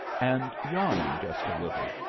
and yawning just a little,